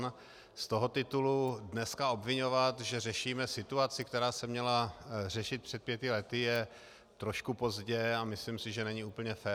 Z toho titulu dneska obviňovat, že řešíme situaci, která se měla řešit před pěti lety, je trošku pozdě a myslím si, že není úplně fér.